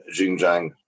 Xinjiang